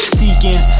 seeking